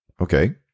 Okay